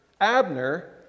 Abner